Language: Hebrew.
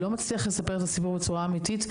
לא מצליח לספר את הסיפור בצורה אמיתית,